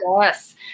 Yes